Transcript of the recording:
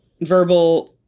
verbal